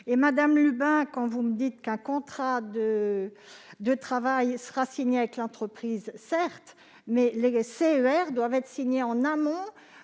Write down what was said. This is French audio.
Madame Lubin, vous dites qu'un contrat de travail sera signé avec l'entreprise ; certes, mais les CER, eux, doivent être signés en amont,